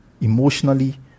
emotionally